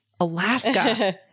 Alaska